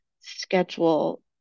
schedule